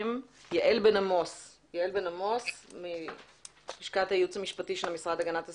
יעל בן עמוס מהלשכה המשפטית של המשרד להגנת הסביבה.